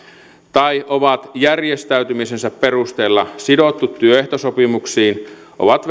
tai ovat järjestäytymisensä perusteella sidottuja työehtosopimuksiin ovat